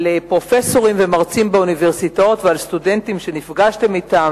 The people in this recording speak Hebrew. על פרופסורים ומרצים באוניברסיטאות ועל סטודנטים שנפגשתם אתם